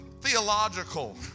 theological